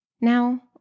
now